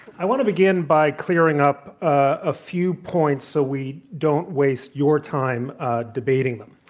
i want to begin by clearing up a few points, so we don't waste your time debating them.